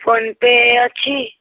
phone pay ଅଛି